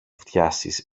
φτιάσεις